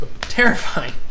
terrifying